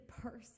person